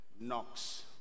knocks